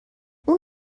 اون